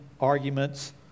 arguments